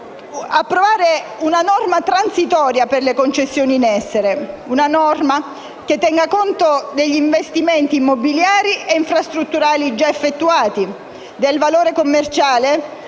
approvare una norma transitoria per le concessioni in essere, che tenga conto degli investimenti immobiliari e infrastrutturali già effettuati, del valore commerciale